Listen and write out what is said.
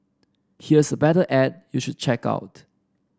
here's a better ad you should check out